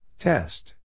Test